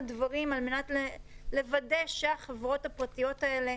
דברים על מנת לוודא שהחברות הפרטיות האלה,